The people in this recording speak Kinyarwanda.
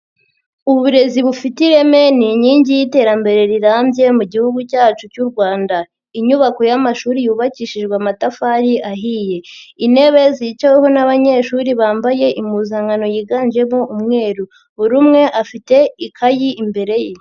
Uburezi bufite ireme ni inkingi y'iterambere rirambye mu gihugu cyacu cy'u Rwanda, inyubako y'amashuri yubakishijwe amatafari ahiye, intebe zicaweho n'abanyeshuri bambaye impuzankano yiganjemo umweru, buri umwe afite ikayi imbere ye.